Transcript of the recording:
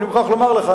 ואני מוכרח לומר לך,